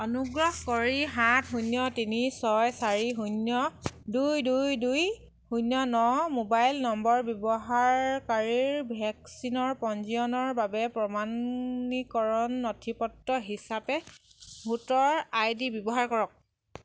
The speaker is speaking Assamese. অনুগ্ৰহ কৰি সাত শূন্য তিনি ছয় চাৰি শূন্য দুই দুই দুই শূন্য ন মোবাইল নম্বৰ ব্যৱহাৰকাৰীৰ ভেকচিনৰ পঞ্জীয়নৰ বাবে প্ৰমাণীকৰণ নথিপত্ৰ হিচাপে ভোটাৰ আইডি ব্যৱহাৰ কৰক